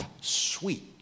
Sweet